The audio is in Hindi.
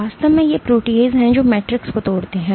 वास्तव में ये प्रोटीयेज हैं जो मैट्रिक्स को तोड़ते हैं